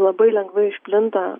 labai lengvai išplinta